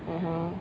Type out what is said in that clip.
(uh huh)